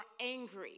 angry